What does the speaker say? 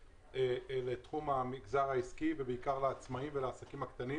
לתחום המגזר העסקי ובעיקר לעצמאים ולעסקים הקטנים.